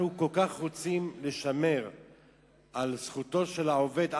אנחנו כל כך רוצים לשמור את זכותו של העובד,